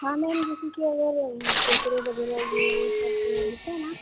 हाँ मैम जैसे कि अगर कुरकुरे वगैरह ये वो सब मिलते हैं ना